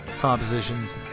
compositions